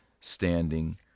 standing